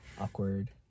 awkward